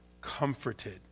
comforted